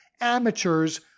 amateurs